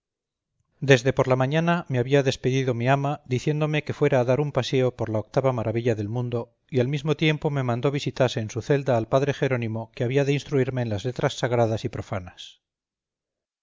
desde por la mañana me había despedido mi ama diciéndome que fuera a dar un paseo por la octava maravilla del mundo y al mismo tiempo me mandó visitase en su celda al padre jerónimo que había de instruirme en las letras sagradas y profanas